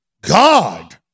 God